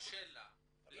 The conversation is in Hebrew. אתה